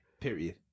Period